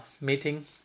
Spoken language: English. meeting